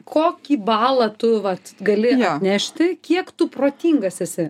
kokį balą tu vat gali nešti kiek tu protingas esi